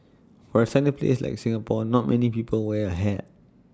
for A sunny place like Singapore not many people wear A hat